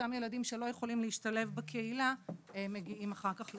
ואותם ילדים שלא יכולים להשתלב בקהילה מגיעים אחר כך לפנימיות.